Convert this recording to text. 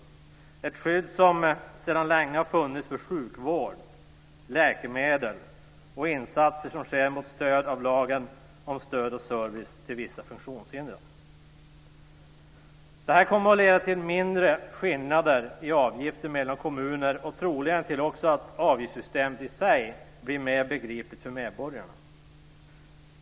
Det är ett skydd som sedan länge har funnits för sjukvård, läkemedel och insatser som sker med stöd av lagen om stöd och service till vissa funktionshindrade. Detta kommer att leda till mindre skillnader i avgifter mellan kommuner och troligen också till att avgiftssystemet i sig blir mer begripligt för medborgarna.